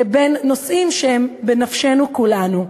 בין נושאים שהם בנפשנו כולנו.